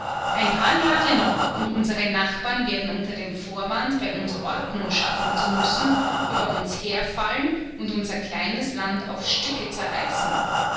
ein paar jahre noch und unsere nachbarn werden unter dem vorwand bei uns ordnung schaffen zu müssen über uns herfallen und unser kleines land auf stücke zerreißen